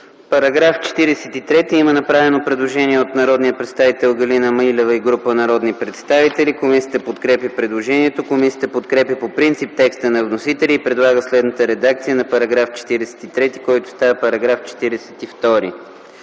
По § 43 има направено предложение от Галина Милева и група народни представители. Комисията подкрепя предложението. Комисията подкрепя по принцип текста на вносителя и предлага следната редакция на § 43, който става § 42: „§ 42.